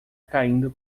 caindo